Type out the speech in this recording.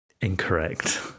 Incorrect